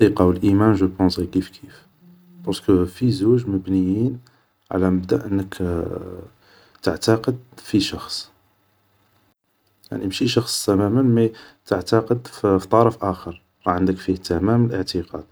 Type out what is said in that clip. الثقة و الايمان جو بونس غي كيف كيف, بارسكو في زوج مبنيين على مبدء انك تعتقد في شخص, يعني ماشي شخص تماما مي تعتاقد في شخص اخر راه عندك فيه تمام الاعتقاد